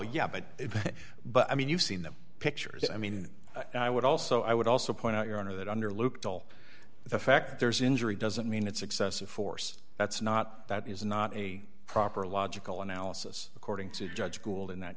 yeah but but i mean you've seen the pictures i mean i would also i would also point out your honor that under looked all the fact there's injury doesn't mean it's excessive force that's not that is not a proper logical analysis according to judge gould in that